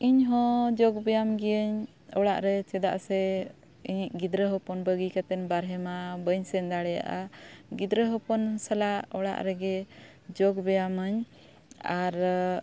ᱤᱧᱦᱚᱸ ᱡᱳᱜᱽ ᱵᱮᱭᱟᱢ ᱜᱤᱭᱟᱹᱧ ᱚᱲᱟᱜ ᱨᱮ ᱪᱮᱫᱟᱜ ᱥᱮ ᱤᱧᱤᱡ ᱜᱤᱫᱽᱨᱟᱹ ᱦᱚᱯᱚᱱ ᱵᱟᱹᱜᱤ ᱠᱟᱛᱮᱱ ᱵᱟᱨᱦᱮᱼᱢᱟ ᱵᱟᱹᱧ ᱥᱮᱱ ᱫᱟᱲᱮᱭᱟᱜᱼᱟ ᱜᱤᱫᱽᱨᱟᱹ ᱦᱚᱯᱚᱱ ᱥᱟᱞᱟᱜ ᱚᱲᱟᱜ ᱨᱮᱜᱮ ᱡᱳᱜᱽ ᱵᱮᱭᱟᱢᱟᱹᱧ ᱟᱨ